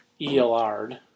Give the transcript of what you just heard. ELR'd